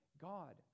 god